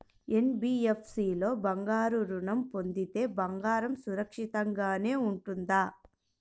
NBFC లో బంగారు ఋణం పొందితే బంగారం సురక్షితంగానే ఉంటుందా?